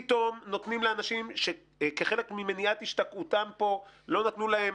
פתאום נותנים לאנשים כחלק ממניעת השתקעותם פה לא נתנו להם